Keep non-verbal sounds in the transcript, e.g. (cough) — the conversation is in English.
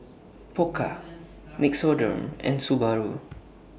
Pokka (noise) Nixoderm and Subaru